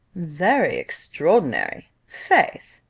very extraordinary, faith,